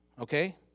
Okay